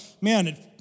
man